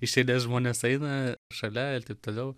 iš eilės žmonės eina šalia ir taip toliau